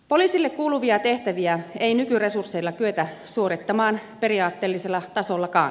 poliisille kuuluvia tehtäviä ei nykyresursseilla kyetä suorittamaan periaatteellisellakaan tasolla